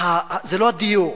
זה לא הדיור,